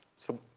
so,